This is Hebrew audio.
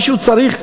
רבותי, מישהו צריך,